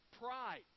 pride